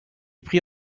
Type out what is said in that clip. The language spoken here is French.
prit